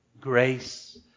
Grace